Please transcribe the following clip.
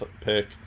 pick